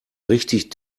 richtig